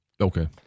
Okay